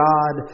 God